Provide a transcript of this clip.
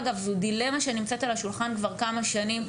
אגב, זו דילמה שנמצאת על השולחן כבר כמה שנים.